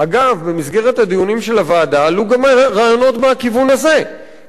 במסגרת הדיונים של הוועדה עלו גם רעיונות בכיוון הזה כדי